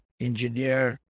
engineer